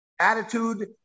attitude